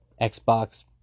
xbox